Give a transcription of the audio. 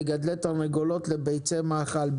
מגדלי תרנגולות לביצי מאכל.